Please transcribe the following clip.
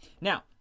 now